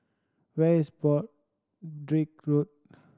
where is Broadrick Road